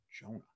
Jonah